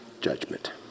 judgment